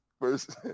first